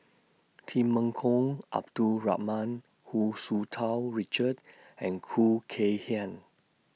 Temenggong Abdul Rahman Hu Tsu Tau Richard and Khoo Kay Hian